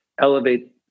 elevate